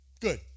Good